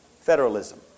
federalism